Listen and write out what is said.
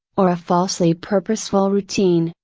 or a falsely purposeful routine,